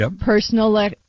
personal